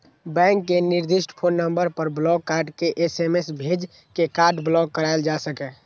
bank के निर्दिष्ट phone number पर ब्लॉक कार्ड के एस.एम.एस भेज के कार्ड ब्लॉक कराएल जा सकैए